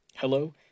hello